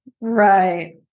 Right